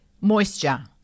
moisture